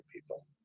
people